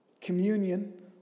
Communion